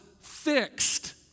fixed